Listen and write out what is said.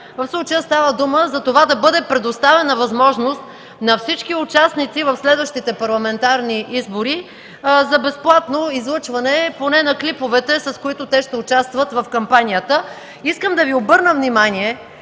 В случая става дума за това да бъде предоставена възможност на всички участници в следващите парламентарни избори за безплатно излъчване поне на клиповете, с които те ще участват в кампанията. Искам да Ви обърна внимание,